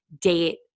date